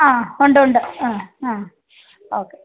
ആ ഉണ്ട് ഉണ്ട് ആ ആ ഓക്കെ